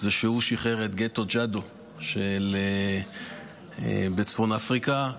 העובדה שהוא שחרר את גטו ג'אדו בצפון אפריקה,